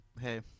hey